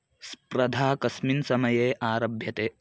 सपर्धा कस्मिन् समये आरभ्यते